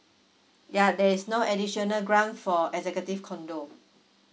ya there is no additional grant for executive condo